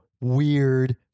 weird